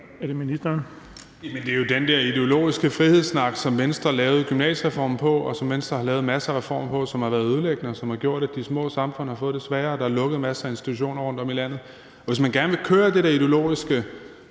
er det ministeren.